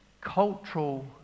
cultural